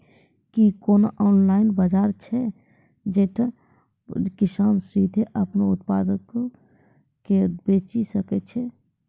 कि कोनो ऑनलाइन बजार छै जैठां किसान सीधे अपनो उत्पादो के बेची सकै छै?